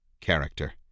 character